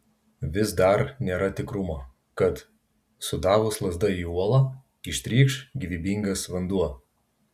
vis dar nėra tikrumo kad sudavus lazda į uolą ištrykš gyvybingas vanduo